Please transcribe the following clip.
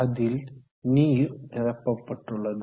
அதில் நீர் நிரப்பப்பட்டுள்ளது